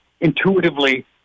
intuitively